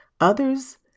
Others